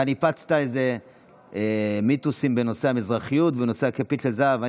אתה ניפצת מיתוסים בנושא המזרחיות ובנושא הכפית של הזהב.